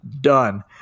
Done